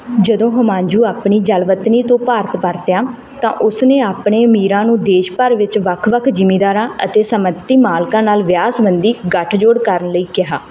ਜਦੋਂ ਹੁਮਾਯੂੰ ਆਪਣੀ ਜਲਾਵਤਨੀ ਤੋਂ ਭਾਰਤ ਪਰਤਿਆ ਤਾਂ ਉਸਨੇ ਆਪਣੇ ਅਮੀਰਾਂ ਨੂੰ ਦੇਸ਼ ਭਰ ਵਿੱਚ ਵੱਖ ਵੱਖ ਜ਼ਿੰਮੀਦਾਰਾਂ ਅਤੇ ਸਾਮੰਤੀ ਮਾਲਕਾਂ ਨਾਲ ਵਿਆਹ ਸੰਬੰਧੀ ਗੱਠਜੋੜ ਕਰਨ ਲਈ ਕਿਹਾ